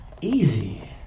easy